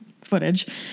footage